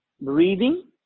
breathing